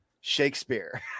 shakespeare